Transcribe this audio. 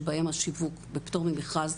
שבהם השיווק בפטור ממכרז,